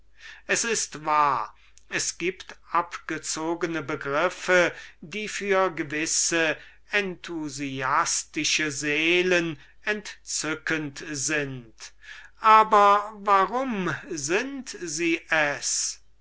es ist wahr es gibt abgezogene begriffe die für gewisse enthusiastische seelen entzückend sind aber warum sind sie es